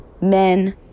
men